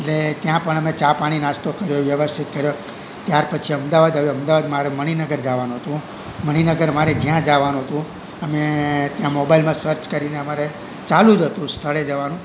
એટલે ત્યાં પણ અમે ચા પાણી નાસ્તો કર્યો વ્યવસ્થિત કર્યો ત્યારપછી અમદાવાદ આવ્યું અમદાવાદ મારે મણીનગર જાવાનું હતુ મણીનગર મારે જ્યાં જવાનું હતુ અમે ત્યાં મોબાઇલમાં સર્ચ કરીને અમારે ચાલું જ હતું સ્થળે જવાનું